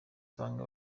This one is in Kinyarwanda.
usanga